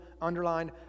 underlined